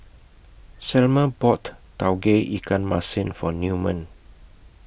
Selma bought Tauge Ikan Masin For Newman